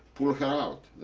pull her out.